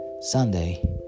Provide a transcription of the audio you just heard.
Sunday